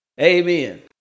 Amen